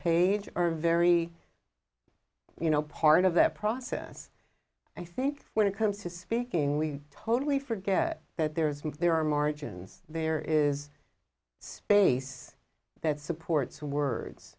page are very you know part of that process i think when it comes to speaking we totally forget that there is there are margins there is space that supports words